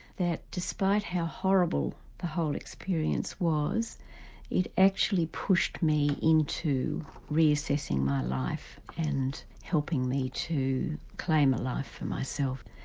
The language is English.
that despite how horrible the whole experience was it actually pushed me into reassessing my life and helping me to claim a life for myself.